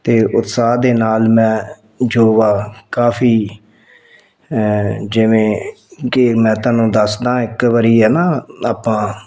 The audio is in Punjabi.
ਅਤੇ ਉਤਸਾਹ ਦੇ ਨਾਲ ਮੈਂ ਜੋ ਕਾਫੀ ਜਿਵੇਂ ਕਿ ਮੈਂ ਤੁਹਾਨੂੰ ਦੱਸਦਾ ਇੱਕ ਵਾਰੀ ਹੈ ਨਾ ਆਪਾਂ